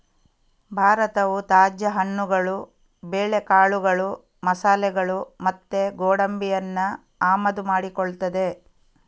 ಭಾರತವು ತಾಜಾ ಹಣ್ಣುಗಳು, ಬೇಳೆಕಾಳುಗಳು, ಮಸಾಲೆಗಳು ಮತ್ತೆ ಗೋಡಂಬಿಯನ್ನ ಆಮದು ಮಾಡಿಕೊಳ್ತದೆ